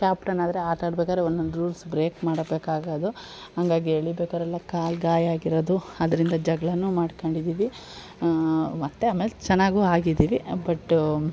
ಕ್ಯಾಪ್ಟನಾದರೆ ಆಟಾಡಬೇಕಾದ್ರೆ ಒಂದೊಂದು rules break ಮಾಡಬೇಕಾಗೋದು ಹಂಗಾಗಿ ಎಳೀಬೇಕಾದ್ರೆಲ್ಲ ಕಾಲು ಗಾಯ ಆಗಿರೋದು ಅದರಿಂದ ಜಗ್ಳ ಮಾಡ್ಕೊಂಡಿದ್ದೀವಿ ಮತ್ತು ಆಮೇಲೆ ಚೆನ್ನಾಗು ಆಗಿದೀವಿ ಬಟ್ಟು